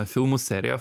filmų seriją